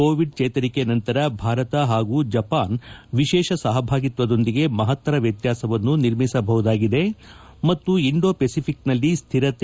Covid ಚೇತರಿಕೆ ನಂತರ ಭಾರತ ಹಾಗೂ ಜಪಾನ್ ವಿಶೇಷ ಸಹಭಾಗಿತ್ವದೊಂದಿಗೆ ಮಹತ್ತರ ವ್ಯತ್ಯಾಸವನ್ನು ನಿರ್ಮಿಸಬಹುದಾಗಿದೆ ಮತ್ತು ಇಂಡೋ ಫೆಸಿಫಿಕ್ನಲ್ಲಿ ಸ್ಡಿರತೆ